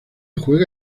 juega